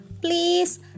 please